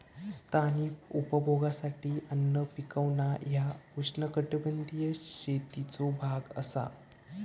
स्थानिक उपभोगासाठी अन्न पिकवणा ह्या उष्णकटिबंधीय शेतीचो भाग असा